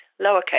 lowercase